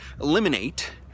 eliminate